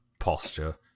Posture